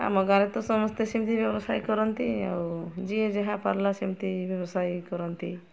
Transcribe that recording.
ଆମ ଗାଁରେ ତ ସମସ୍ତେ ସେମିତି ବ୍ୟବସାୟ କରନ୍ତି ଆଉ ଯିଏ ଯାହା ପାରିଲା ସେମିତି ବ୍ୟବସାୟ କରନ୍ତି